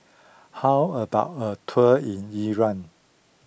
how about a tour in Iran